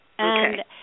Okay